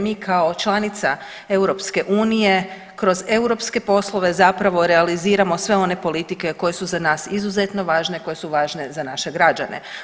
Mi kao članica EU kroz europske poslove zapravo realiziramo sve one politike koje su za nas izuzetno važne, koje su važne za naše građane.